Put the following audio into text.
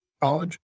college